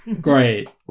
Great